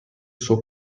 suo